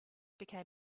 became